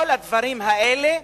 כל הדברים האלה,